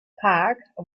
park